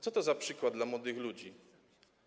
Co to za przykład dla młodych ludzi?